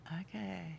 Okay